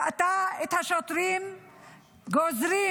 ראתה את השוטרים גוזרים